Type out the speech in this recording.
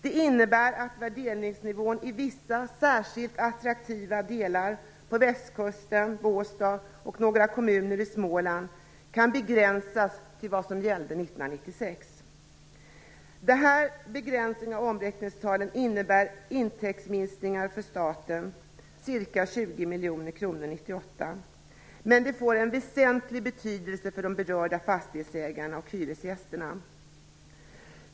Det innebär att värderingsnivån i vissa, särskilt attraktiva delar på västkusten, i Båstad och i några kommuner i Småland kan begränsas till vad som gällde 1996. Den här begränsningen av omräkningstalen innebär intäktsminskningar för staten på ca 20 miljoner kronor 1998. Men det får en väsentlig betydelse för de berörda fastighetsägarna och hyresgästerna. Herr talman!